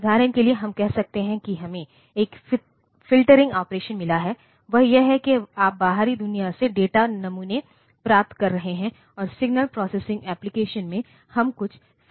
उदाहरण के लिए हम कह सकते हैं कि हमें एक फ़िल्टरिंग ऑपरेशन मिला है वह यह है कि आप बाहरी दुनिया से डेटा नमूने प्राप्त कर रहे हैं और सिग्नल प्रोसेसिंग एप्लिकेशन में हम कुछ फ़िल्टरिंग और वह सब कर रहे हैं